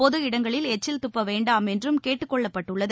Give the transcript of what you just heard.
பொது இடங்களில் எச்சில் துப்ப வேண்டாம் என்றும் கேட்டுக் கொள்ளப்பட்டுள்ளது